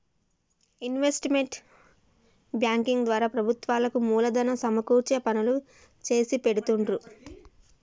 investment banking ద్వారా ప్రభుత్వాలకు మూలధనం సమకూర్చే పనులు చేసిపెడుతుండ్రు